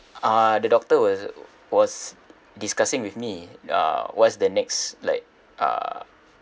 uh the doctor was was discussing with me uh what's the next like uh